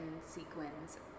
sequins